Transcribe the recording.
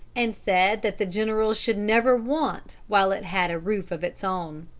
and said that the general should never want while it had a roof of its own.